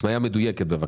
הפניה מדויקת בבקשה.